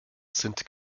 sind